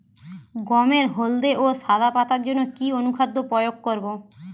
গমের হলদে ও সাদা পাতার জন্য কি অনুখাদ্য প্রয়োগ করব?